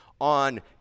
on